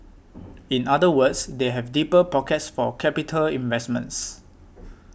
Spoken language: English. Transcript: in other words they have deeper pockets for capital investments